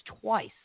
twice